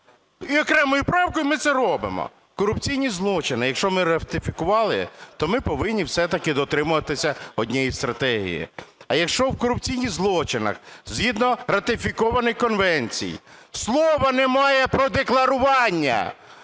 і окремою правкою ми це робимо. Корупційні злочини, якщо ми ратифікували, то ми повинні все-таки дотримуватися однієї стратегії. А якщо в корупційних злочинах згідно ратифікованих конвенцій слова немає про декларування,